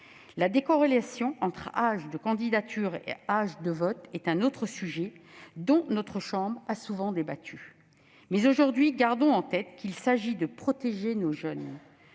La décorrélation entre l'âge de candidature et l'âge de vote est un autre sujet, dont notre chambre a souvent débattu. Aujourd'hui, gardons en tête qu'il s'agit de protéger nos jeunes.